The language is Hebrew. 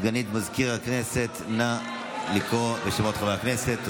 סגנית מזכיר הכנסת, נא לקרוא בשמות חברי הכנסת.